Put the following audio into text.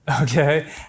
Okay